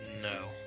No